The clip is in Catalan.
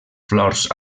flors